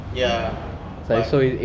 ya but